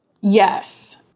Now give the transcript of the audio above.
Yes